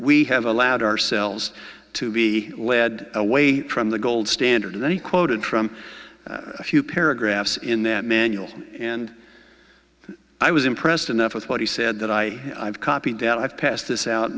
we have allowed ourselves to be led away from the gold standard that he quoted from a few paragraphs in that manual and i was impressed enough with what he said that i have copied that i've passed this out